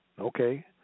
Okay